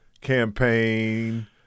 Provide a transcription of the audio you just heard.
Campaign